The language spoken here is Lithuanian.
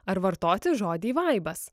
ar vartoti žodį vaibas